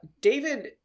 David